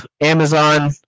Amazon